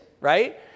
right